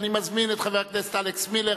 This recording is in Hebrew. אני מזמין את חבר הכנסת אלכס מילר